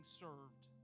served